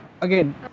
again